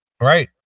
Right